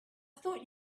thought